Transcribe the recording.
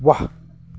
वाह